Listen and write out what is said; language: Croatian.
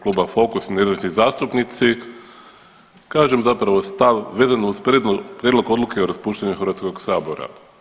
Kluba Fokus i nezavisni zastupnici, kažem zapravo stav vezano uz Prijedlog Odluke o raspuštanju Hrvatskog sabora.